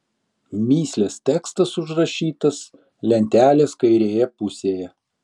mįslės tekstas užrašytas lentelės kairėje pusėje